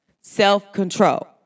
Self-control